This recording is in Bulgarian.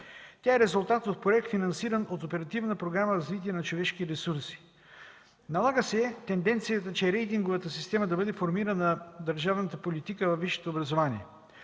Тя е резултат от проект, финансиран от Оперативна програма „Развитие на човешките ресурси”. Налага се тенденцията чрез рейтинговата система да бъде формирана държавната политика във висшето образование.